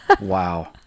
Wow